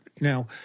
Now